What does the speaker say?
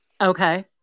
okay